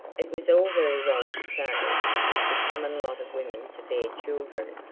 it was all very well to say it was the common lot of women to bear children.